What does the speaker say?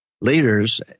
leaders